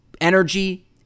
Energy